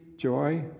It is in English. Joy